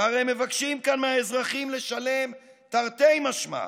שהרי מבקשים כאן מהאזרחים לשלם, תרתי משמע,